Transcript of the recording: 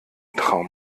traum